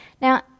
Now